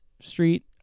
Street